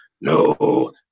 no